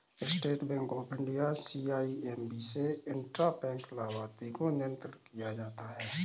state Bank of India CIMB से intra bank लाभार्थी को नियंत्रण किया जाता है